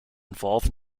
involved